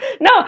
No